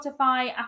Spotify